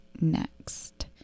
next